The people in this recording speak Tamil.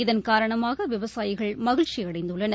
இதன்காரணமாக விவசாயிகள் மகிழ்ச்சி அடைந்துள்ளனர்